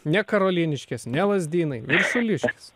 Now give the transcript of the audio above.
ne karoliniškės ne lazdynai viršuliškės